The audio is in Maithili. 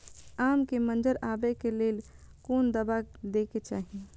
आम के मंजर आबे के लेल कोन दवा दे के चाही?